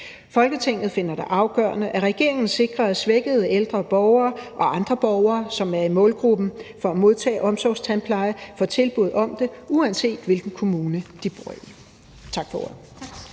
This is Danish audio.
Folketinget finder det afgørende, at regeringen sikrer, at svækkede ældre borgere og andre borgere, som er i målgruppen for at modtage omsorgstandplejen, får et tilbud om det, uanset hvilken kommune de bor i.« (Forslag